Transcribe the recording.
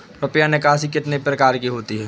रुपया निकासी कितनी प्रकार की होती है?